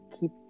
keep